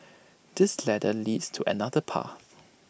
this ladder leads to another path